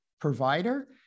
provider